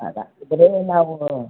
ನಾವು